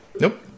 Nope